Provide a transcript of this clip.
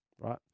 Right